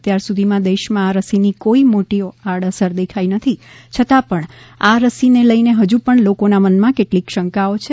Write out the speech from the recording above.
અત્યાર સુધીમાં દેશમાં આ રસીની કોઈ મોટી આડઅસર દેખાઈ નથી છતાં પણ આ રસીને લઈને હજુ પણ લોકોના મનમાં કેટલીક શંકાઓ છે